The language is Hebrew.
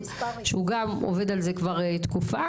שהוא גם עובד על זה כבר תקופה,